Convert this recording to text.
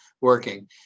working